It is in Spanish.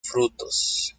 frutos